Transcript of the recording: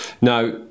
Now